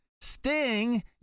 Sting